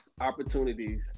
opportunities